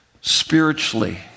spiritually